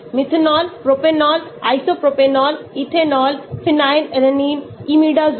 methanol propanol isopropanol ethanol phenylalanine imidazole